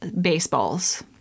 baseballs